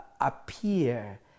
appear